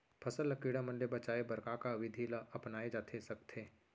फसल ल कीड़ा मन ले बचाये बर का का विधि ल अपनाये जाथे सकथे?